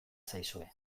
zaizue